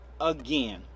again